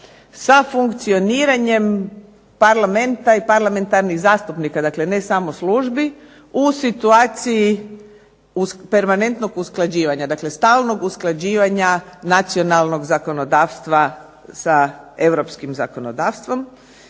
sa funkcioniranjem Parlamenta i parlamentarnih zastupnika, dakle ne samo službi, u situaciju permanentnog usklađivanja, dakle stalnog usklađivanja nacionalnog zakonodavstva sa europskim zakonodavstvom.